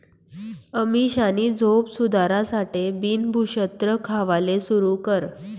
अमीषानी झोप सुधारासाठे बिन भुक्षत्र खावाले सुरू कर